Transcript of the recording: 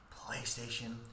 PlayStation